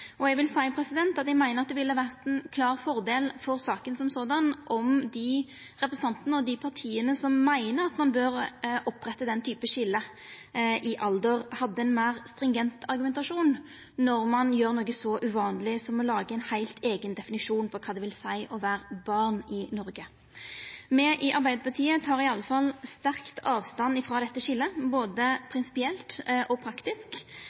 skiljet. Eg vil seia at eg meiner det ville ha vore ein klar fordel for saka som såleis om dei representantane og dei partia som meiner at ein bør oppretta den typen skilje i alder, hadde ein meir stringent argumentasjon når ein gjer noko så uvanleg som å laga ein heilt eigen definisjon på kva det vil seia å vera barn i Noreg. Me i Arbeidarpartiet tek iallfall sterkt avstand frå dette skiljet, både prinsipielt og praktisk.